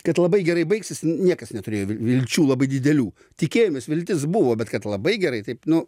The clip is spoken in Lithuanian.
kad labai gerai baigsis niekas neturėjo vilčių labai didelių tikėjimas viltis buvo bet kad labai gerai taip nu